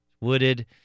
wooded